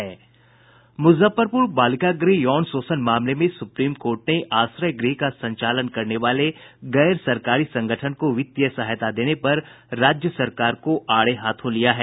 मुजफ्फरपुर बालिका गृह यौन शोषण मामले में सुप्रीम कोर्ट ने आश्रय गृह का संचालन करने वाले गैर सरकारी संगठन को वित्तीय सहायता देने पर राज्य सरकार को आड़े हाथों लिया है